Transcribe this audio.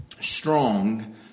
strong